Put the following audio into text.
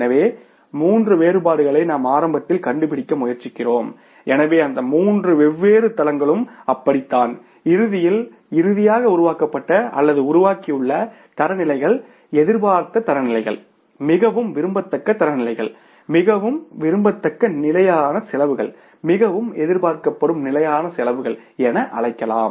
எனவே மூன்று வேறுபாடுகளை நாம் ஆரம்பத்தில் கண்டுபிடிக்க முயற்சிக்கிறோம் எனவே அந்த மூன்று வெவ்வேறு தரங்களும் அப்படித்தான் இறுதியில் இறுதியாக உருவாக்கப்பட்ட அல்லது உருவாகியுள்ள தரநிலைகள் எதிர்பார்த்த தரநிலைகள் மிகவும் விரும்பத்தக்க தரநிலைகள் மிகவும் விரும்பத்தக்க நிலையான செலவுகள் மிகவும் எதிர்பார்க்கப்படும் நிலையான செலவுகள் என அழைக்கலாம்